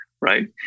right